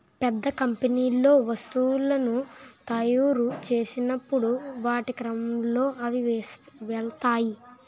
పెద్ద పెద్ద కంపెనీల్లో వస్తువులను తాయురు చేసినప్పుడు వాటి క్రమంలో అవి వెళ్తాయి